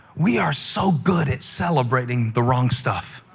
we are so good at celebrating the wrong stuff.